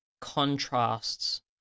contrasts